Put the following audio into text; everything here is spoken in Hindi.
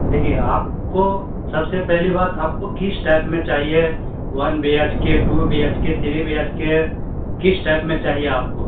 देखिए आपको सबसे पहली बात आपको किस टाइप में चाहिए one B H K two B H K three B H K किस टाइप में चाहिए आपको